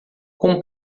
como